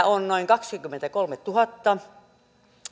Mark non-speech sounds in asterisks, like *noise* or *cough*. *unintelligible* on noin kaksikymmentäkolmetuhatta